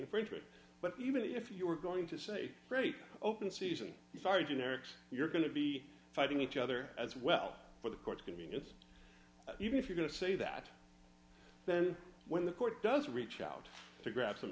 infringement but even if you were going to say open season started you next you're going to be fighting each other as well for the court's convenience even if you're going to say that then when the court does reach out to grab some